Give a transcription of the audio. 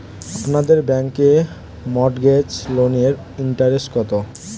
আপনাদের ব্যাংকে মর্টগেজ লোনের ইন্টারেস্ট কত?